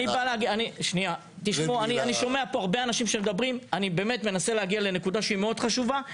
אני שומע פה הרבה אנשים שמדברים ואני מנסה להגיע נקודה מאוד חשובה,